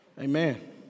Amen